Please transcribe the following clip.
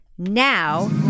Now